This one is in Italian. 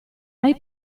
hai